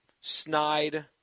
snide